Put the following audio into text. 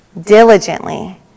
diligently